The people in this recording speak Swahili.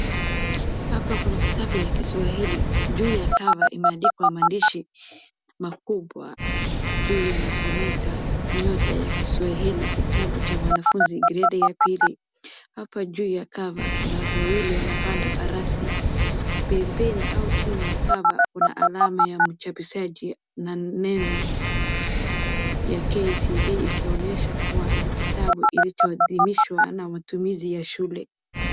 Hapa kuna kitabu ya kiswahili. Juu ya kava imeandikwa maandishi makubwa juu, yanasomeka, 'Nyota ya kiswahili kitabu cha mwanafunzi gredi ya pili.' Hapo juu ya kava kuna watu wawili wanapanda farasi. Pembeni au chini ya kava kuna alama ya mchapishaji ya KICD ikionyesha kuwa ni kitabu kilicho adhimishwa na matumizi ya shule.